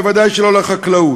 ובוודאי לא לחקלאות.